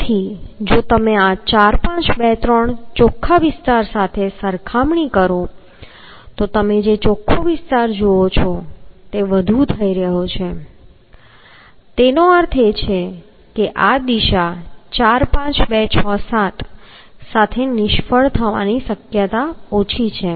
તેથી જો તમે આ 4 5 2 3 ચોખ્ખા વિસ્તાર સાથે સરખામણી કરો છો તો તમે જે ચોખ્ખો વિસ્તાર જુઓ છો તે વધુ થઈ રહ્યો છે તેનો અર્થ એ છે કે આ દિશા 4 5 2 6 7 સાથે નિષ્ફળ થવાની શક્યતા ઓછી છે